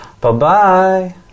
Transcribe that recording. Bye-bye